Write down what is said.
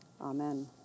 Amen